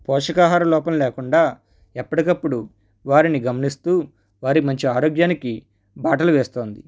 పోషకాహార లోపం లేకుండా ఎప్పటికపుడు వారిని గమనిస్తూ వారికి మంచి ఆరోగ్యానికి బాటలు వేస్తుంది